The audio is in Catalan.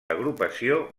agrupació